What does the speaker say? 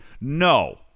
No